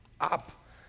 up